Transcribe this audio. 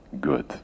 good